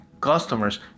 customers